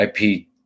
IP